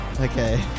Okay